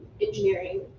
engineering